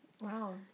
wow